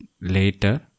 later